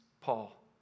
Paul